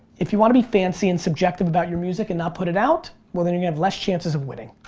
if you want to be fancy and subjective about your music, and not put it out? well then your gonna have less chances of winning.